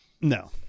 No